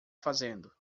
fazendo